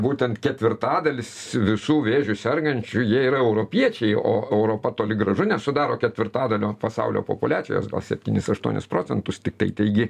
būtent ketvirtadalis visų vėžiu sergančių jie yra europiečiai o europa toli gražu nesudaro ketvirtadalio pasaulio populiacijos gal septynis aštuonis procentus tiktai taigi